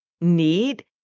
need